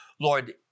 Lord